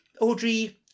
audrey